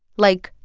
like,